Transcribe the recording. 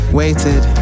waited